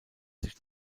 sich